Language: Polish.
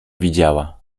widziała